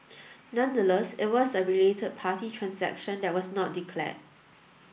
nonetheless it was a related party transaction that was not declared